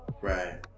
right